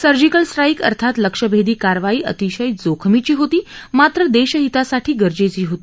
surgical strike अर्थात लक्ष्यभेदी कारवाई अतिशय जोखमीची होती मात्र देशहितासाठी गरजेची होती